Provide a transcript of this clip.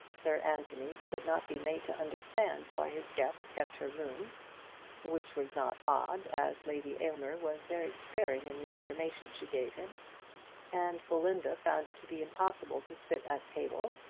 sir anthony could not be made to understand why his guest kept her room which was not odd, as lady aylmer was very sparing in the information she gave him and belinda found it to be impossible to sit at table,